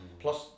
Plus